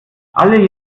alle